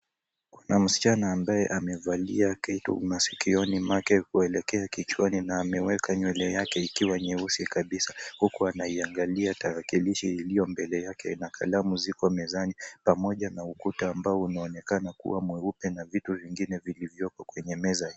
Kuna msichana ambaye amevalia kitu masikioni mwake kuelekea kichwani na ameweka nywele yake ikiwa nyeusi kabisa huku anaiangalia tarakilishi iliyo mbele yake na kalamu ziko mezani pamoja na ukuta ambao unaonekana kuwa mweupe na vitu vingine vilivyoko kwenye meza.